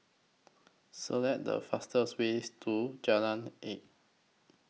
Select The fastest Way to Jalan Elok